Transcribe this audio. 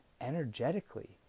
energetically